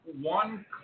one